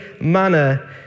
manner